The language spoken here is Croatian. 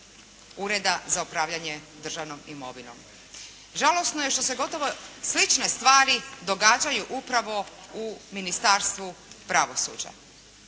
Ureda za upravljanje državnom imovinom. Žalosno je što se gotovo slične stvari događaju upravo u Ministarstvu pravosuđa.